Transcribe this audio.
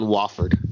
Wofford